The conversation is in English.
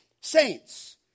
Saints